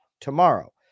tomorrow